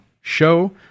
show